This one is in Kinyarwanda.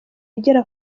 igera